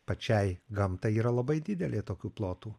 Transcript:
pačiai gamtai yra labai didelė tokių plotų